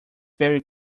very